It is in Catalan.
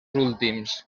últims